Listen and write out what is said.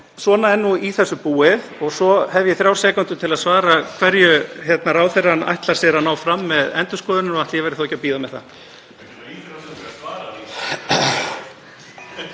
svona er þessu nú háttað, og svo hef ég þrjár sekúndur til að svara hverju ráðherrann ætlar sér að ná fram með endurskoðuninni og ætli ég verði þá ekki að bíða með það.